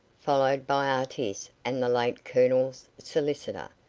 followed by artis and the late colonel's solicitor,